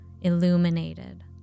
illuminated